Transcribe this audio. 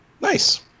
Nice